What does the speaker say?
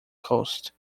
coast